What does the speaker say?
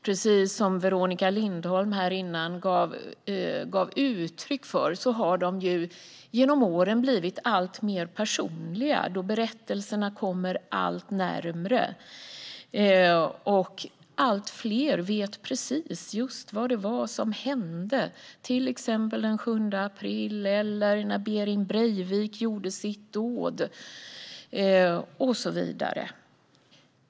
Precis som Veronica Lindholm här innan gav uttryck för har de genom åren blivit alltmer personliga då berättelserna kommer allt närmare och allt fler vet precis vad det var som hände den 7 april eller när Behring Breivik utförde sitt dåd och så vidare.